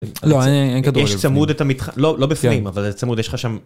‫לא, אין כדור. ‫-יש צמוד את המתח... ‫לא בפנים, אבל צמוד יש לך שם.